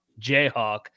Jayhawk